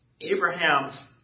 Abraham